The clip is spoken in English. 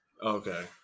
Okay